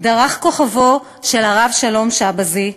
דרך כוכבו של הרב שלום שבזי,